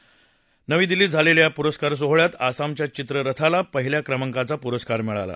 आज नवी दिल्लीत झालेल्या या पुरस्कार सोहळ्यात आसामच्या चित्ररथाला पहिल्या क्रमांकाचा पुरस्कार मिळाला